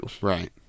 right